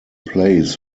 plays